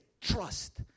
trust